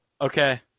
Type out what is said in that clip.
Okay